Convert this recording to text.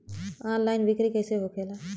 Online बिक्री कैसे होखेला?